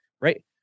right